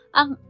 ang